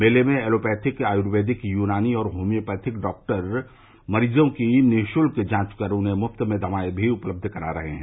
मेले में एलोपैथिक आयुर्वेदिक यूनानी और होम्योपैथिक डॉक्टर मरीजों की निशुल्क जांच कर उन्हें मुफ्त में दवाए भी उपलब्ध करा रहे हैं